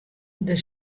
der